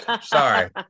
Sorry